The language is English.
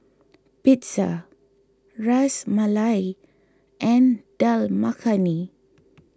Pizza Ras Malai and Dal Makhani